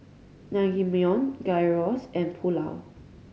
Naengmyeon Gyros and Pulao